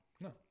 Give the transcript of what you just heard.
No